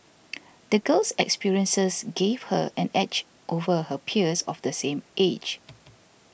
the girl's experiences gave her an edge over her peers of the same age